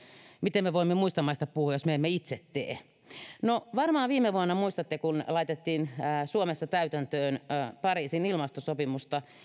miten me voimme muista maista puhua jos me emme itse tee no varmaan muistatte kun viime vuonna laitettiin suomessa täytäntöön pariisin ilmastosopimusta